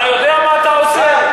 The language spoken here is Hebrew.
אתה יודע מה אתה עושה?